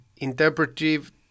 interpretive